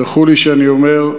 תסלחו לי שאני אומר: